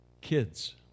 kids